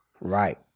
Right